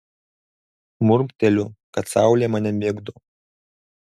murmteliu kad saulė mane migdo